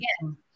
again